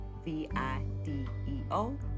V-I-D-E-O